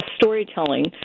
storytelling